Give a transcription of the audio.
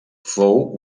fou